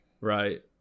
Right